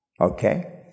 Okay